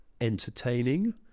entertaining